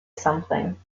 something